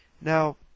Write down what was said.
Now